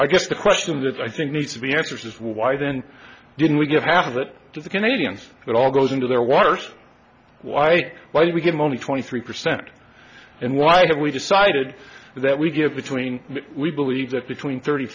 i guess the question that i think needs to be answered is why then didn't we give half of it to the canadians that all goes into their worst like why do we give money twenty three percent and why have we decided that we give between we believe that between thirty